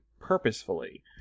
purposefully